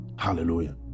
Hallelujah